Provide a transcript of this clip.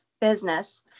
business